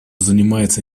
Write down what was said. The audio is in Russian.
занимается